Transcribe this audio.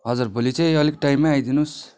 हजर भोलि चाहिँ अलिक टाइममै आइदिनुहोस्